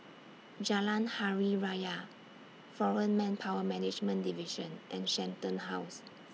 Jalan Hari Raya Foreign Manpower Management Division and Shenton House